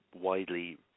widely